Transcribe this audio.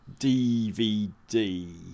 DVD